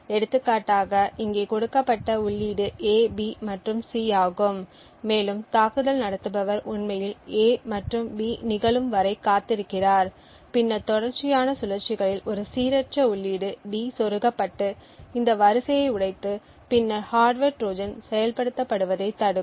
எடுத்துக்காட்டாக இங்கே கொடுக்கப்பட்ட உள்ளீடு A B மற்றும் C ஆகும் மேலும் தாக்குதல் நடத்துபவர் உண்மையில் A மற்றும் B நிகழும் வரை காத்திருக்கிறார் பின்னர் தொடர்ச்சியான சுழற்சிகளில் ஒரு சீரற்ற உள்ளீடு D சொருகப்பட்டு இந்த வரிசையை உடைத்து பின்னர் ஹார்ட்வர் ட்ரோஜன் செயல்படுத்தப்படுவதைத் தடுக்கும்